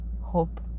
hope